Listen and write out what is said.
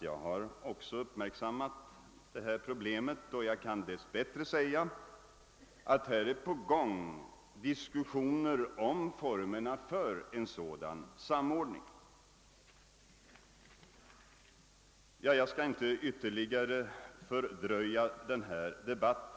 Jag har också uppmärksammat detta problem, men dess bättre kan jag säga att diskussioner om formerna för en sådan samordning är på gång. Jag skall inte ytterligare förlänga denna debatt.